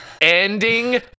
ending